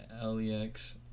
L-E-X